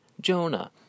Jonah